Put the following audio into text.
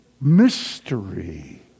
mystery